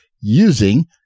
using